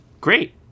great